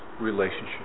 relationship